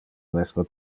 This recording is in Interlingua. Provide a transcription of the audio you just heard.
mesme